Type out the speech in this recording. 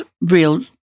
real